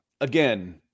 Again